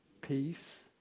peace